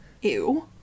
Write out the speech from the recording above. Ew